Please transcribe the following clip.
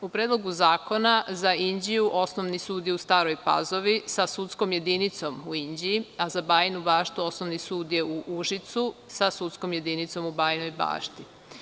U Predlogu zakona za Inđiju Osnovni sud je u Staroj Pazovi sa sudskom jedinicom u Inđiji, a za Bajinu Baštu Osnovni sud je u Užicu sa sudskom jedinicom u Bajinoj Bašti.